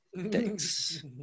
Thanks